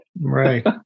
Right